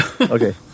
Okay